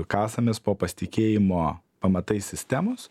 kasamės po pasitikėjimo pamatais sistemos